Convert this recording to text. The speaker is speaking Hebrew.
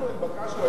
אנחנו התבקשנו,